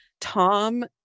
Tom